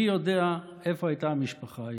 מי יודע איפה הייתה המשפחה היום.